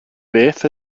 beth